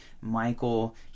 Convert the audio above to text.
Michael